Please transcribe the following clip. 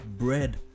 bread